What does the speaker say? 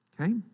okay